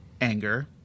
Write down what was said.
anger